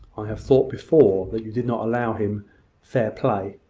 i have thought before that you did not allow him fair play.